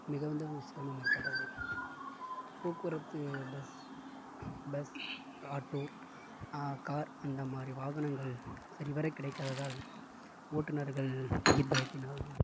மிகுந்த ஒரு சிரமம் ஏற்பட்டது போக்குவரத்து பஸ் பஸ் ஆட்டோ கார் அந்த மாதிரி வாகனங்கள் சரிவர கிடைக்காததால் ஓட்டுநர்கள் உயிர் பயத்தினால்